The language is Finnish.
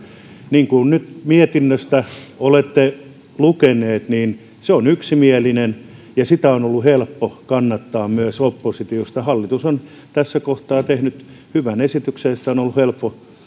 niin kuin nyt mietinnöstä olette lukeneet niin se on yksimielinen ja sitä on ollut helppo kannattaa myös oppositiosta hallitus on tässä kohtaa tehnyt hyvän esityksen sitä on ollut helppo